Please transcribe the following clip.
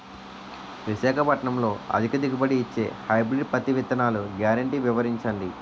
విశాఖపట్నంలో అధిక దిగుబడి ఇచ్చే హైబ్రిడ్ పత్తి విత్తనాలు గ్యారంటీ వివరించండి?